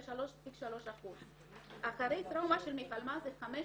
3.3%. אחרי טראומה של מלחמה זה 15%,